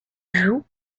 jouent